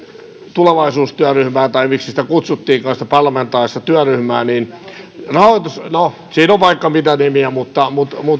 tulevaisuustyöryhmää tai miksi sitä parlamentaarista työryhmää kutsuttiinkaan rahoitus no siinä on vaikka mitä nimiä